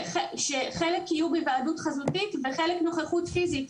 שחלק יהיו בהיוועדות חזותית וחלק נוכחות פיזית.